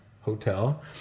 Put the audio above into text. hotel